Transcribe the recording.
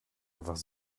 einfach